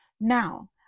Now